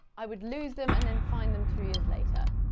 i would lose them and then find them two years later.